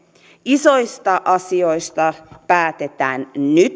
isoista asioista päätetään nyt